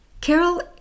Carol